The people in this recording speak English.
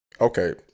Okay